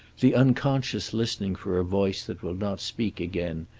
the unconscious listening for a voice that will not speak again,